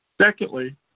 Secondly